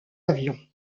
avions